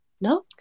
No